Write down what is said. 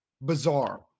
bizarre